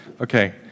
Okay